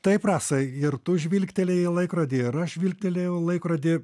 taip rasa ir tu žvilgtelėjai į laikrodį ir aš žvilgtelėjau į laikrodį